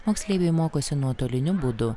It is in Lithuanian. moksleiviai mokosi nuotoliniu būdu